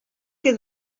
que